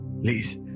please